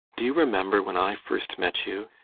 do you remember when i first met you?